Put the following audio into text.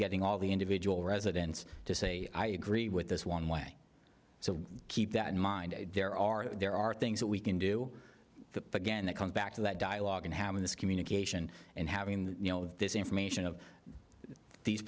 getting all the individual residents to say i agree with this one way so keep that in mind there are there are things that we can do again that comes back to that dialogue and having this communication and having this information of these